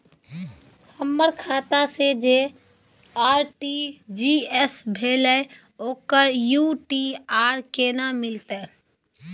हमर खाता से जे आर.टी.जी एस भेलै ओकर यू.टी.आर केना मिलतै?